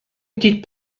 était